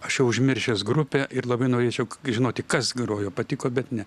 aš jau užmiršęs grupę ir labai norėčiau žinoti kas grojo patiko bet ne